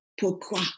pourquoi